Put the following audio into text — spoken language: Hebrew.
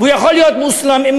והוא יכול להיות מוסלמי,